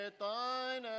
thine